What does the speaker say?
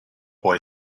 boy